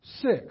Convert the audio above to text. six